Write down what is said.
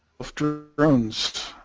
after groans.